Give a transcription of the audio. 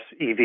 EV